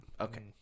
Okay